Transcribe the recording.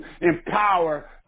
empower